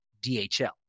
DHL